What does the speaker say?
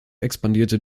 expandierte